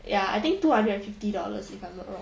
ya I think two hundred and fifty dollars if I'm not